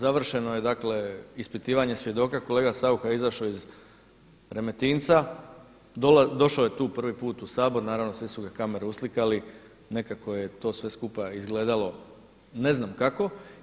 Završeno je dakle ispitivanje svjedoka, kolega Saucha je izašao iz Remetinca, došao je tu prvi put u Saboru, naravno sve su ga kamere uslikale, nekako je to sve skupa izgledalo, ne znam kako.